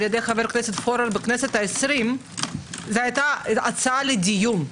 ידי חבר הכנסת פורר בכנסת ה-20 הייתה הצעה לדיון.